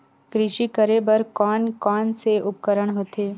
कृषि करेबर कोन कौन से उपकरण होथे?